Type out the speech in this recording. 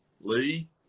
Lee